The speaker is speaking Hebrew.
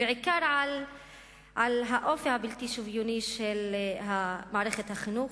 בעיקר על האופי הבלתי-שוויוני של מערכת החינוך